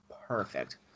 perfect